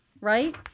right